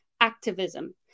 activism